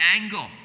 angle